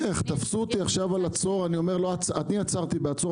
תפסו אותי עכשיו בגין עצור ואני אומר שאני עצרתי בעצור.